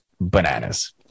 bananas